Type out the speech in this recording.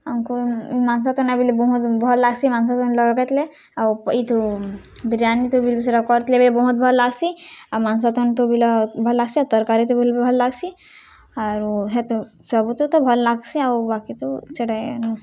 ଆମ୍କୁ ମାଂସ ତୁନ୍ଟା ବେଲେ ବହୁତ୍ ଭଲ୍ ଲାଗ୍ସି ମାଂସ ତୁନ୍ ଲଗେଇଥିଲେ ଆଉ ଇଥୁ ବିରିୟାନୀ ଥୁ ବି ସେଟା କରିଥିଲେ ବହୁତ୍ ଭଲ୍ ଲାଗ୍ସି ଆଉ ମାଂସ ତୁନ୍ ଥୁ ବି ଭଲ୍ ଲାଗ୍ସି ଆଉ ତର୍କାରୀ ଥୁ ବି ଭଲ୍ ଲାଗ୍ସି ଆରୁ ହେଥୁ ସବୁ ଥି ତ ଭଲ୍ ଲାଗ୍ସି ଆଉ ବାକି ତ ସେଟା